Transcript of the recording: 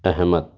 Ahmad